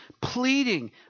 pleading